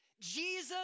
Jesus